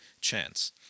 chance